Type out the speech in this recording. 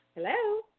Hello